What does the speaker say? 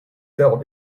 felt